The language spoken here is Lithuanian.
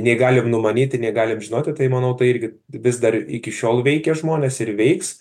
nei galim numanyti nei galim žinoti tai manau tai irgi vis dar iki šiol veikia žmones ir veiks